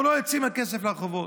אנחנו לא יוצאים על כסף לרחובות.